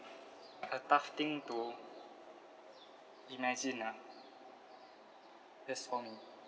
a tough thing to imagine ah that's for me